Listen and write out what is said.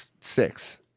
six